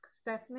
Stephanie